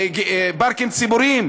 פארקים ציבוריים